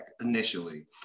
initially